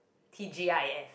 T G I F